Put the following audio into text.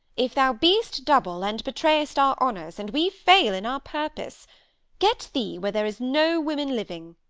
if thou be'st double, and betray'st our honors, and we fail in our purpose get thee where there is no women living,